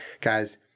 Guys